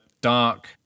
dark